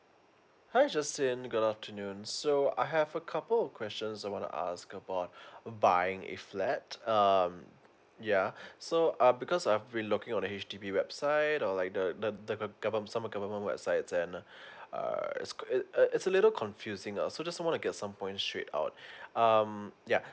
hi justin good afternoon so I have a couple of questions I wanna ask about buying a flat um yeah so err because I've been looking on H_D_B website or like the the the some of government websites and uh uh it's it's a it's a little confusing a so small like a some point straight out um yeah